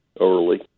early